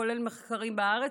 כולל מחקרים בארץ,